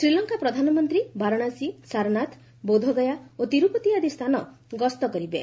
ଶ୍ରୀଲଙ୍କା ପ୍ରଧାନମନ୍ତ୍ରୀ ବାରାଣାସୀ ସାରନାଥ ବୋଧଗୟା ଓ ତିରୁପତି ଆଦି ସ୍ଥାନ ଗସ୍ତ କରିବେ